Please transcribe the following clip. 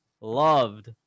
loved